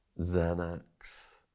Xanax